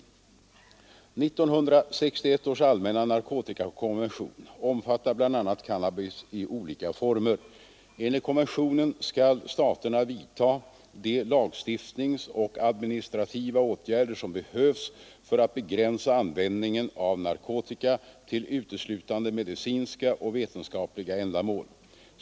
1961 års allmänna narkotikakonvention omfattar bl.a. cannabis i olika former. Enligt konventionen skall staterna vidta de lagstiftningsoch administrativa åtgärder som behövs för att begränsa användningen av narkotika till uteslutande medicinska och vetenskapliga ändamål.